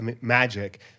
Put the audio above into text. magic